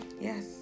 Yes